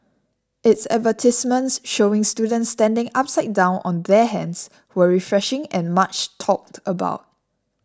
its advertisements showing students standing upside down on their hands were refreshing and much talked about